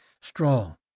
strong